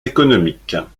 économiques